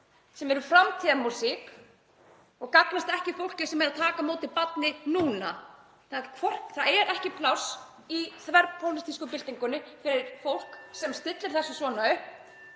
sem eru framtíðarmúsík og gagnast ekki fólki sem er að taka á móti barni núna. Það er ekki pláss í þverpólitísku byltingunni fyrir fólk (Forseti hringir.) sem stillir þessu svona upp.